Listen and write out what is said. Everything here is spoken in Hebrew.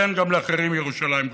כן, גם לאחרים ירושלים קדושה.